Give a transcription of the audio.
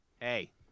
Hey